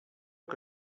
que